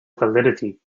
validity